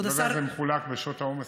אני לא יודע איך זה מחולק בשעות העומס,